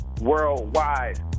worldwide